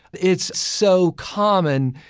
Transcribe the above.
it's so common.